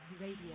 Radio